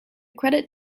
credit